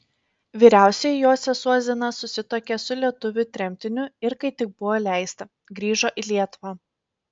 vyriausioji jos sesuo zina susituokė su lietuviu tremtiniu ir kai tik buvo leista grįžo į lietuvą